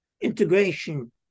integration